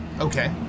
Okay